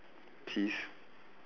cheese